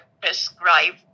prescribe